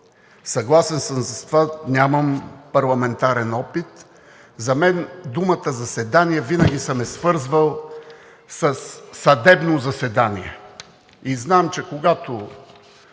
Съгласен съм с това, нямам парламентарен опит. Думата заседание винаги съм я свързвал със съдебно заседание